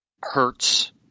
hurts